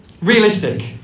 realistic